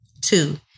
Two